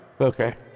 Okay